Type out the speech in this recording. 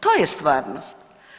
To je stvarnost.